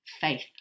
Faith